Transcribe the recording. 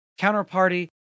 Counterparty